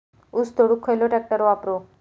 ऊस तोडुक खयलो ट्रॅक्टर वापरू?